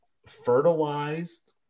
fertilized